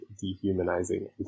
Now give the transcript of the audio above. dehumanizing